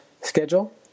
schedule